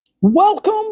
Welcome